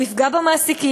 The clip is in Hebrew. הוא יפגע במעסיקים,